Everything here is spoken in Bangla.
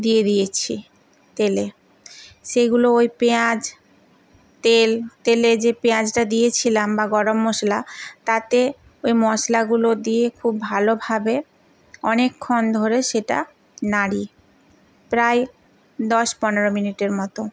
দিয়ে দিয়েছি তেলে সেগুলো ওই পেঁয়াজ তেল তেলে যে পেঁয়াজটা দিয়েছিলাম বা গরম মশলা তাতে ওই মশলাগুলো দিয়ে খুব ভালোভাবে অনেকক্ষণ ধরে সেটা নাড়ি প্রায় দশ পনেরো মিনিটের মতো